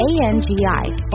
A-N-G-I